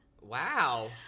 Wow